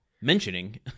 mentioning